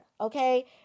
okay